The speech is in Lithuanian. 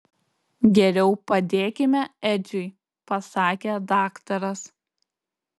geriau padėkime edžiui pasakė daktaras